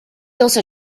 also